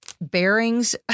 bearings